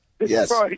yes